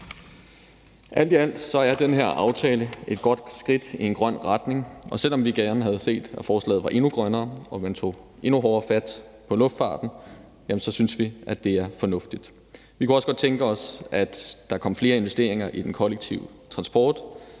Alt i alt er den her aftale et godt skridt i en grøn retning, og selv om vi gerne havde set, at forslaget var endnu grønnere, og at man tog endnu hårdere fat på luftfarten, så synes vi, det er fornuftigt. Vi kunne også godt tænke os, at der kom flere investeringer i den kollektive transport,